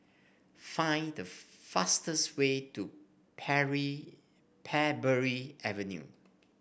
find the fastest way to Pary Parbury Avenue